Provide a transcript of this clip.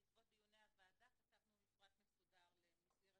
בעקבות דיוני הוועדה כתבנו מפרט מסודר למסגרת